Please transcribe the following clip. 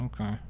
Okay